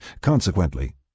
Consequently